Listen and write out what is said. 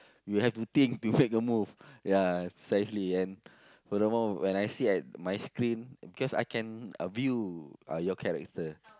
you have to think to make a move yeah precisely and furthermore when I sit at my screen because I can view uh your character